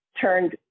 turned